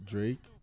Drake